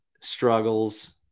struggles